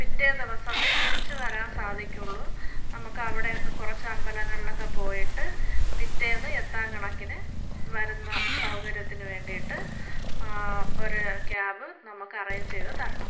പിറ്റേ ദിവസമേ തിരിച്ചു വരാൻ സാധിക്കുകയുള്ളു നമുക്കവിടെ കുറച്ച് അമ്പലങ്ങളിലൊക്കെ പോയിട്ട് പിറ്റേന്ന് എത്താൻ കണക്കിന് വരുന്ന സൗകര്യത്തിന് വേണ്ടിയിട്ട് ഒരു ക്യാബ് നമുക്ക് അറേൻജ് ചെയ്ത് തരണം